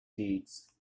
deeds